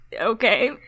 okay